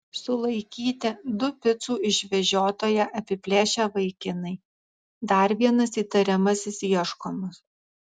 sulaikyti du picų išvežiotoją apiplėšę vaikinai dar vienas įtariamasis ieškomas